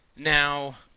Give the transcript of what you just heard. Now